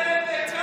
זה לא